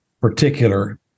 particular